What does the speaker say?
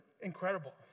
incredible